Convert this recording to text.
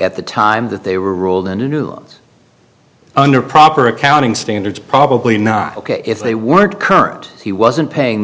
at the time that they were ruled a new loans under proper accounting standards probably not ok if they weren't current he wasn't paying